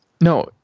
No